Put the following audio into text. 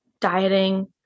dieting